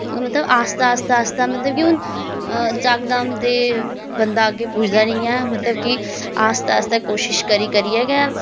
मतलब आस्ता आस्ता आस्ता मतलब कि हून जकदम ते बंदा अग्गें पुजदा नी ऐ मतलब कि आस्ता आस्ता कोशिश करी करियै गै